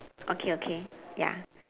okay okay ya